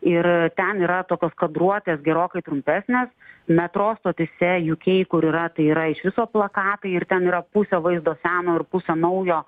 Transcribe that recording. ir ten yra tokios kadruotės gerokai trumpesnės metro stotyse uk kur yra tai yra iš viso plakatai ir ten yra pusė vaizdo seno ir pusė naujo